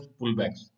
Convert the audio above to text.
pullbacks